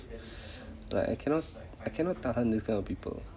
like I cannot I cannot tahan this kind of people